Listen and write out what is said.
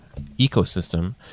ecosystem